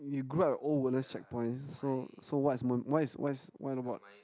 you grow check points so so what's what is what is what the what